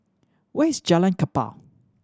where is Jalan Kapal